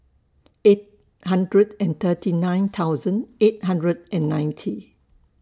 eight hundred and thirty nine thousand eight hundred and ninety